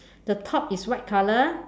the top is white color